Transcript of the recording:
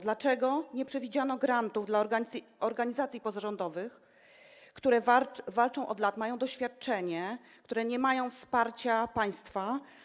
Dlaczego nie przewidziano grantów dla organizacji pozarządowych, które walczą o to od lat, mają doświadczenie, a nie mają wsparcia państwa?